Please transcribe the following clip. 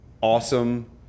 awesome